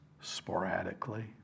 sporadically